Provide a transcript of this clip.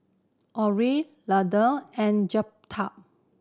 Orrie Landon and Jeptha